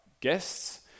guests